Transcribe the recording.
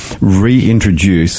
reintroduce